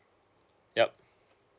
yup